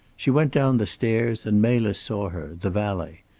she went down the stairs, and melis saw her, the valet.